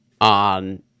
on